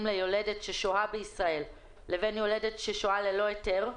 ליולדת ששוהה בישראל לבין יולדת ששוהה ללא היתר.